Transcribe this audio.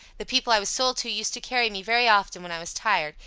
the people i was sold to used to carry me very often, when i was tired,